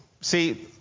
See